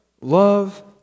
Love